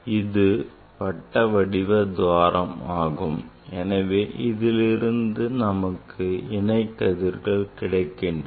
இது வட்ட வடிவ துவாரம் ஆகும் எனவே இதிலிருந்து நமக்கு இணைக்கதிர்கள் கிடைக்கின்றன